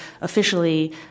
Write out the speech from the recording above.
officially